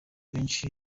benshi